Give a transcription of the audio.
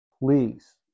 Please